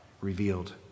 revealed